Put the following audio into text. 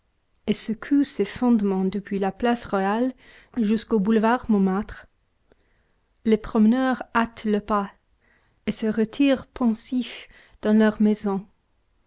et secoue ses fondements depuis la place royale jusqu'au boulevard montmartre les promeneurs hâtent le pas et se retirent pensifs dans leurs maisons